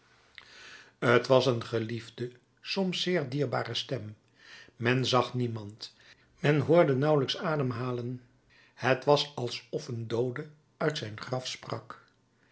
t was een geliefde soms zeer dierbare stem men zag niemand men hoorde nauwelijks ademhalen het was alsof een doode uit zijn graf sprak